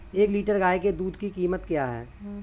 एक लीटर गाय के दूध की कीमत क्या है?